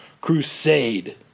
Crusade